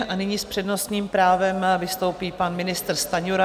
A nyní s přednostním právem vystoupí pan ministr Stanjura.